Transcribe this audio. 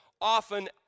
often